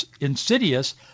insidious